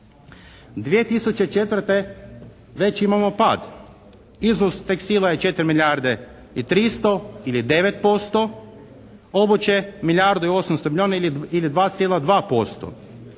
2004. već imamo pad. Izvoz tekstila je 4 milijarde i 300 ili 9%, obuće milijardu i 800, milijun ili 2,2%.